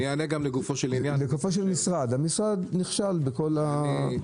לגופו של משרד המשרד נכשל בהתנהלות שלו.